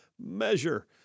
measure